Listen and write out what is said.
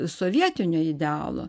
sovietinio idealo